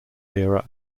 era